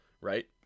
Right